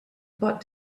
but